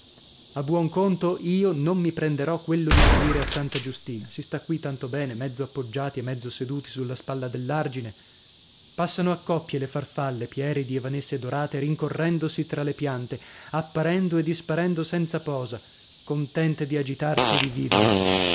a buon conto io non mi prenderò quello di salire a santa giustina si sta qui tanto bene mezzo appoggiati e mezzo seduti sulla spalla dell'argine passano a coppie le farfalle pieridi e vanesse dorate rincorrendosi tra le piante apparendo e disparendo senza posa contente di agitarsi e di vivere